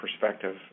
perspective